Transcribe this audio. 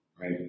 Right